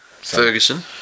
Ferguson